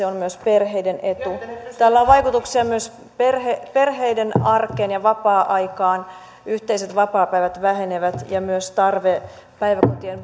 on myös perheiden etu tällä on vaikutuksia myös perheiden arkeen ja vapaa aikaan yhteiset vapaapäivät vähenevät ja myös tarve päiväkotien